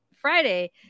friday